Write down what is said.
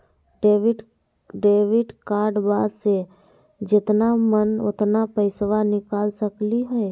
Debit कार्डबा से जितना मन उतना पेसबा निकाल सकी हय?